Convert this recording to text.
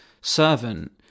servant